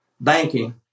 banking